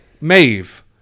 Maeve